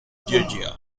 georgia